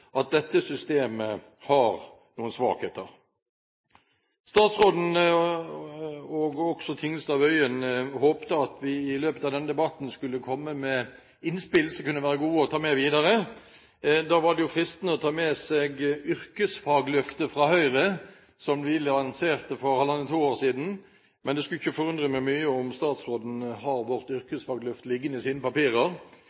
at dette systemet har noen svakheter. Statsråden og Tingelstad Wøien håpet at vi i løpet av denne debatten skulle komme med innspill som kunne være gode å ta med videre. Da er det fristende å ta med seg Yrkesfagløftet fra Høyre, som vi lanserte for halvannet/to år siden. Men det skulle ikke forundre meg mye om statsråden har vårt